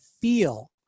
feel